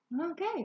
Okay